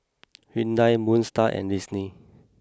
Hyundai Moon Star and Disney